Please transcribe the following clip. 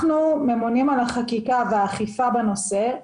אנחנו ממונים על החקיקה והאכיפה בנושא.